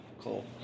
cool